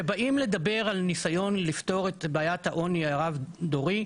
כשבאים לדבר על הניסיון לפתור את העוני הרב דורי,